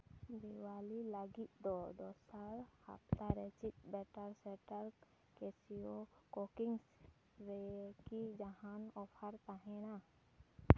ᱫᱤᱣᱟᱞᱤ ᱞᱟᱹᱜᱤᱫ ᱫᱚ ᱫᱚᱥᱟᱨ ᱦᱟᱯᱛᱟ ᱨᱮ ᱪᱮᱫ ᱵᱮᱴᱟᱨ ᱥᱮᱴᱟᱨ ᱠᱮᱥᱤᱭᱳ ᱠᱚᱠᱤᱝᱥ ᱨᱮ ᱠᱤ ᱡᱟᱦᱟᱱ ᱚᱯᱷᱟᱨ ᱛᱟᱸᱦᱮᱱᱟ